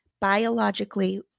biologically